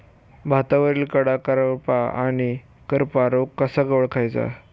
भातावरील कडा करपा आणि करपा रोग कसा ओळखायचा?